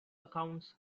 accounts